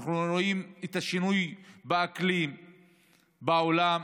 השינוי באקלים בעולם,